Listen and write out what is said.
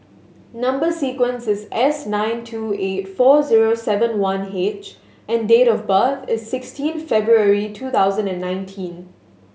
number sequence is S nine two eight four zero seven one H and date of birth is sixteen February two thousand and nineteen